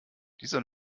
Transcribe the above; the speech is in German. dieser